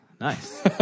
Nice